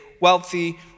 wealthy